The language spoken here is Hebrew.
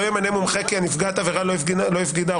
ימנה מומחה כי נפגעת עבירה לא הפקידה ערובה?